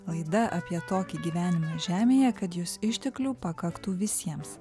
laida apie tokį gyvenimą žemėje kad jos išteklių pakaktų visiems